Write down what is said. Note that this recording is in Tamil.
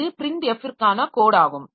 இது printf க்கான கோட் ஆகும்